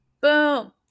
Boom